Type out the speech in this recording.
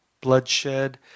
bloodshed